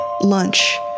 lunch